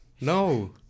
no